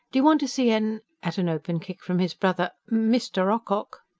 do you want to see en at an open kick from his brother mr. ocock?